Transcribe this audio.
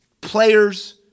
players